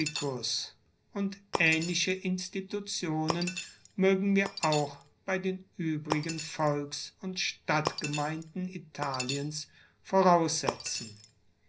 und aehnliche institutionen moegen wir auch bei den uebrigen volks und stadtgemeinden italiens voraussetzen